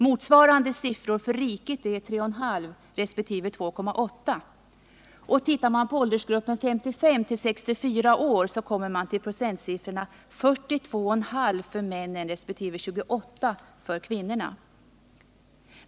Motsvarande siffror för riket är 3,5 96 resp. 2,8 26! Tittar man på åldersgruppen 55-64 år kommer man till procentsiffrorna 42,5 för män resp. 28,0 för kvinnor.